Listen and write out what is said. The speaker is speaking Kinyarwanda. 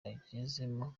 agezemo